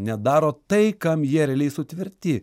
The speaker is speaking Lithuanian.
nedaro tai kam jie realiai sutverti